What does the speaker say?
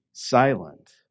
Silent